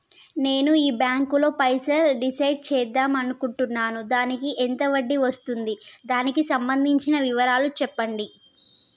నేను ఈ బ్యాంకులో పైసలు డిసైడ్ చేద్దాం అనుకుంటున్నాను దానికి ఎంత వడ్డీ వస్తుంది దానికి సంబంధించిన వివరాలు చెప్పండి?